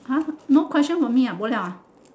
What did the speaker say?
!huh! no question for me ah bo liao ah